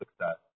success